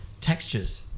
Textures